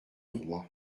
roi